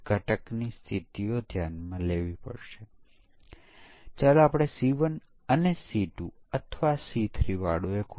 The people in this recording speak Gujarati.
જો ઇનપુટ બુલિયન છે અને પછી આપણી પાસે 1 માન્ય અને 1 અમાન્ય સમકક્ષ વર્ગ છે